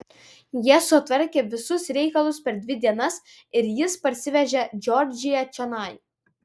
jie sutvarkė visus reikalus per dvi dienas ir jis parsivežė džordžiją čionai